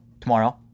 tomorrow